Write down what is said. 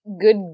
Good